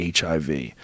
HIV